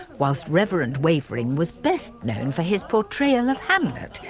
whilst reverend wavering was best known for his portrayal of hamlet,